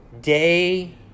Day